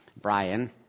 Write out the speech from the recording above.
Brian